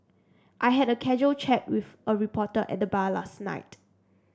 I had a casual chat with a reporter at the bar last night